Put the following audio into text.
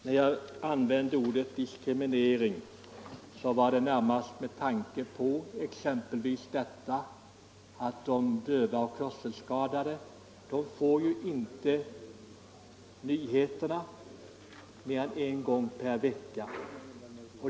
Fru talman! När jag använde ordet diskriminering var det närmast med tanke på exempelvis detta att de döva och hörselskadade inte får nyheterna mer än en gång i veckan.